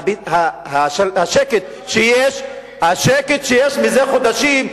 השקט שיש כבר חודשים,